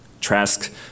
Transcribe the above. Trask